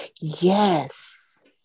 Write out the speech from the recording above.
Yes